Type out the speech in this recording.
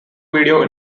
video